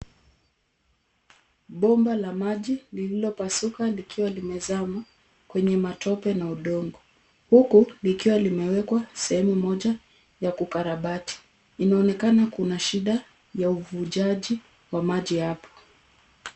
Bomba la maji lililopasuka likiwa limezama kwenye matope na udongo huku likiwa limewekwa sehemu moja ya kukarabati. Inaonekana kuna shida ya ufujaji aa maji hapa.